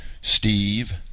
Steve